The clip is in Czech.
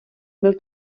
byl